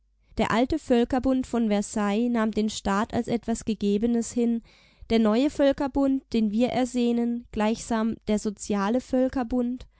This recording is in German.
der alte völkerbund von versailles nahm den staat als etwas gegebenes hin der neue völkerbund den wir ersehnen gleichsam der soziale völkerbund